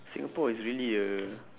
singapore is really a